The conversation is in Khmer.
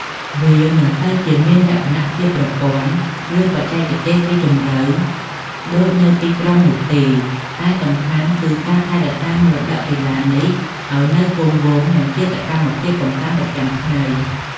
វាមិនសូវជាមានលក្ខណៈជាប្រព័ន្ធ ឬបច្ចេកទេសស៊ីជម្រៅដូចនៅទីក្រុងនោះទេ តែសំខាន់គឺការថែរក្សាមរតកកីឡានេះឲ្យនៅគង់វង្ស និងជាសកម្មភាពកម្សាន្តប្រចាំថ្ងៃ។